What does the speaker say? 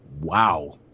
wow